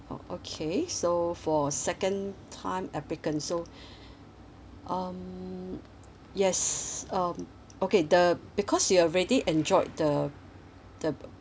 oh okay so for second time applicants so um yes um okay the because you're already enjoyed the the